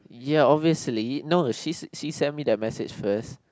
ya obviously no she she send me the message first